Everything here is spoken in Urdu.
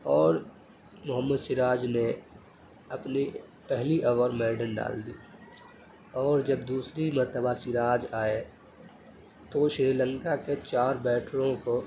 اور محمد سراج نے اپنی پہلی اوور میڈن ڈال دی اور جب دوسری مرتبہ سراج آئے تو وہ شری لنکا کے چار بیٹروں کو